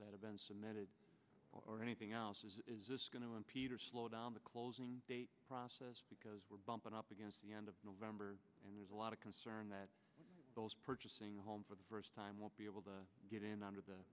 that have been submitted or anything else is this going to impede or slow down the closing date process because we're bumping up against the end of november and there's a lot of concern that those purchasing a home for the first time won't be able to get in under the